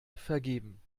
vergeben